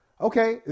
Okay